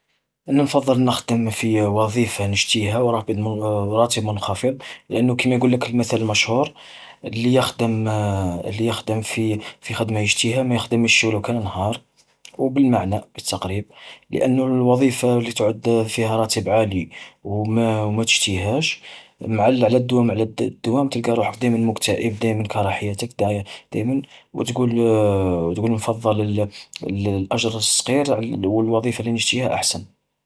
انا نفضل نخدم في وظيفة نشتيها ورا وراتب منخفض، لأنو كما يقول لك المثل المشهور، اللي يخدم اللي يخدم في خدمة يشتيها ما يخدمش ولو كان نهار. وبالمعنى بالتقريب، لأنو الوظيفة اللي تعود فيها راتب عالي وما وما تشتيهاش، مع ال-على الدوام على الد-دوام تلقا روحك دايمن مكتئب دايمن كاره حياتك د-دايمن، وتقول وتقول انفضل نفضل الأجر الصقير على والوظيفة اللي تشتيها أحسن.